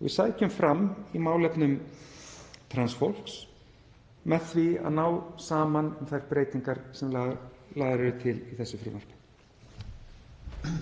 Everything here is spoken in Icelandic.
Við sækjum fram í málefnum trans fólks með því að ná saman um þær breytingar sem lagðar eru til í þessu frumvarpi.